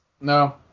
No